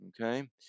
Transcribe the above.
Okay